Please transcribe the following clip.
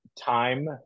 time